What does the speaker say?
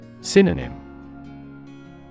Synonym